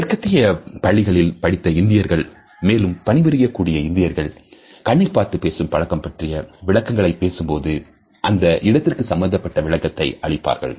மேற்கத்திய பள்ளிகளில் படித்த இந்தியர்கள் மேலும் பணிபுரியக்கூடிய இந்தியர்கள் கண்ணை பார்த்து பேசும் பழக்கம் பற்றிய விளக்கங்களை பேசும்போது அந்த இடத்திற்கு சம்பந்தப்பட்ட விளக்கத்தை அளிப்பார்கள்